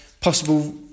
possible